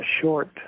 short